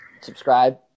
subscribe